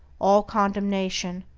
all condemnation,